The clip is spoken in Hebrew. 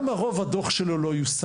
תהיתי מאיזו סיבה רוב הדו״ח שלו לא יושם,